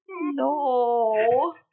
No